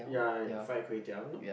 ya fried Kway-Teow no